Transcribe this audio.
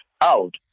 out